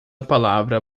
palavra